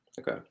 okay